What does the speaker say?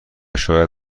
شاید